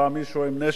בא מישהו עם נשק,